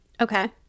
Okay